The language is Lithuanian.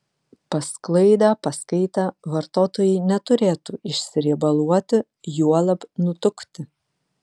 pasklaidę paskaitę vartotojai neturėtų išsiriebaluoti juolab nutukti